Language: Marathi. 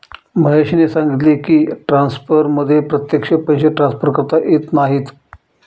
महेशने सांगितले की, ट्रान्सफरमध्ये प्रत्यक्ष पैसे ट्रान्सफर करता येत नाहीत